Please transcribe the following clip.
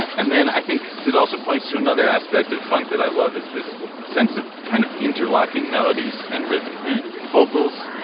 and then i think it also points to another aspect of funk that i love is this sense of kind of interlocking melodies and rhythm vocals,